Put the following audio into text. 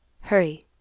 hurry